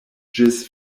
ĝis